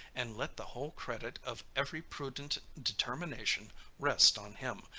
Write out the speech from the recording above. and let the whole credit of every prudent determination rest on him,